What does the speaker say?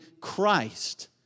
Christ